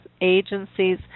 Agencies